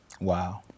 Wow